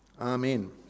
amen